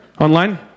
online